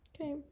Okay